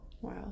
Wow